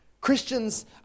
Christians